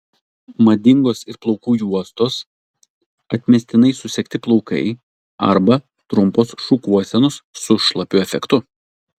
madingos ir plaukų juostos atmestinai susegti plaukai arba trumpos šukuosenos su šlapiu efektu